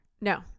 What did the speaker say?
No